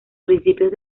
principios